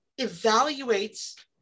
evaluates